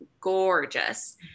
gorgeous